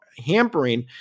hampering